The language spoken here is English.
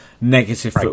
negative